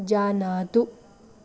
जानातु